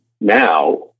now